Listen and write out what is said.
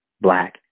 black